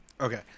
Okay